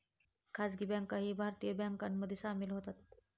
खासगी बँकाही भारतीय बँकांमध्ये सामील होतात